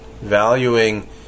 valuing